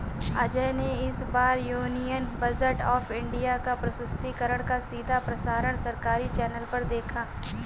अजय ने इस बार यूनियन बजट ऑफ़ इंडिया का प्रस्तुतिकरण का सीधा प्रसारण सरकारी चैनल पर देखा